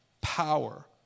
power